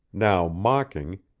now mocking,